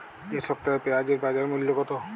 এ সপ্তাহে পেঁয়াজের বাজার মূল্য কত?